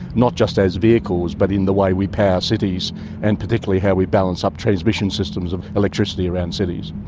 not just as vehicles but in the way we power cities and particularly how we balance up transmissions systems of electricity around cities.